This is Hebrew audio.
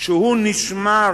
שהוא נשמר